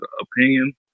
opinion